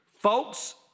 Folks